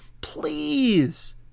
Please